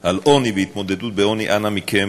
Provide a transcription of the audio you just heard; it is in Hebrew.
על עוני והתמודדות עם העוני, אנא מכם